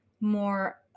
more